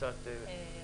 אתכם.